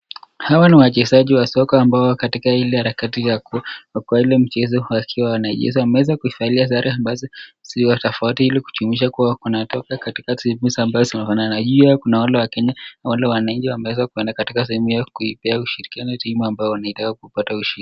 Hawa ni wachezaji wa soka ambao wako katika ile harakati ya ile mchezo wakiwa wanacheza. Wameweza kuvaa sare ambazo ni tofauti ili kuonyesha kuwa wametoka timu tofauti. Kuna wale wakenya ama wananchi ambao wameenda katika sehemu hio kupeana ushirikiano timu ambayo wanaitaka ushindi.